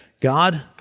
God